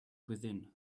within